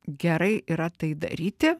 gerai yra tai daryti